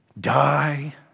die